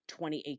2018